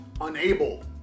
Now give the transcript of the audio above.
unable